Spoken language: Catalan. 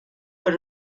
per